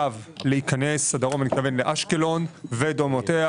כלומר אשקלון ודומותיה,